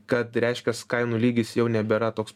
kad reiškias kainų lygis jau nebėra toks